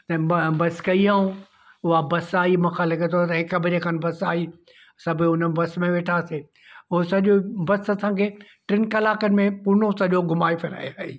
ऐं बस कई हुयऊं उहा बस आई मूंखे लॻे थो त हिकु बजे खनि बस आई सभु उन बस में वेठासीं हो सॼो बस असांखे टिनि कलाकनि में पुणे सॼो घुमाए फिराए आई